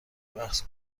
بحث